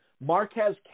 Marquez